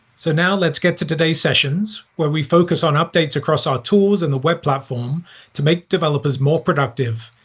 so now let's get to today's sessions, where we focus on updates across our tools and the web platform to make developers more productive,